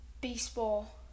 baseball